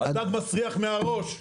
הדג מסריח מהראש.